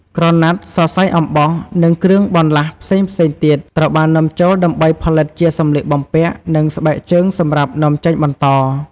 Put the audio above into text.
ក្រណាត់ សរសៃអំបោះ និងគ្រឿងបន្លាស់ផ្សេងៗទៀតត្រូវបាននាំចូលដើម្បីផលិតជាសម្លៀកបំពាក់ និងស្បែកជើងសម្រាប់នាំចេញបន្ត។